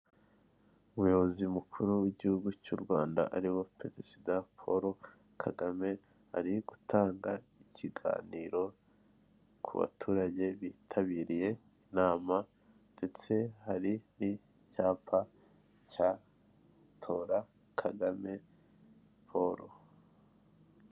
Umuyobozi mukuru w'igihugu cy'u Rwanda ariwe Perezida Paul Kagame ari gutanga ikiganiro ku baturage bitabiriye inama ndetse hari n'icyapa cya tora Kagame Paul.